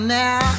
now